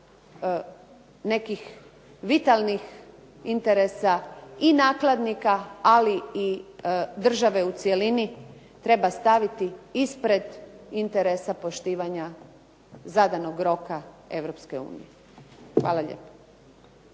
nekih vitalnih interesa i nakladnika ali i države u cjelini treba staviti ispred interesa poštivanja zadanog roka Europske unije.